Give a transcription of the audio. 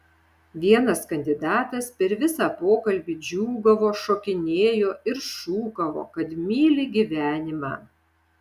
vienas kandidatas per visą pokalbį džiūgavo šokinėjo ir šūkavo kad myli gyvenimą